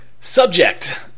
Subject